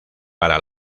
para